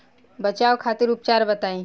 बचाव खातिर उपचार बताई?